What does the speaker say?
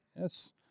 Yes